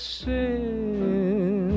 sin